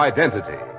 Identity